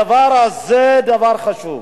הדבר הזה הוא דבר חשוב.